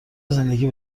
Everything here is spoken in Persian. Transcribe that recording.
زندگی